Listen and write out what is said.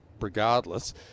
regardless